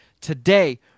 Today